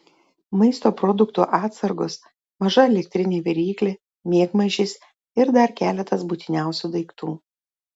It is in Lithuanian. maisto produktų atsargos maža elektrinė viryklė miegmaišis ir dar keletas būtiniausių daiktų